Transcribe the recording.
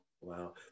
Wow